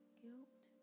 guilt